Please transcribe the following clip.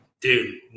Dude